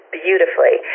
beautifully